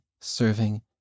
serving